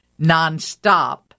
nonstop